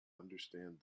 understand